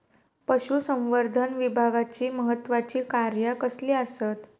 पशुसंवर्धन विभागाची महत्त्वाची कार्या कसली आसत?